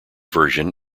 version